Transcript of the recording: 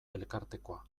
elkartekoa